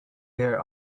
there